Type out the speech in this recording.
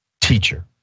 teacher